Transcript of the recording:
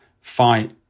fight